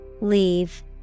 leave